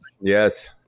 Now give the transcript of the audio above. yes